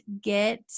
get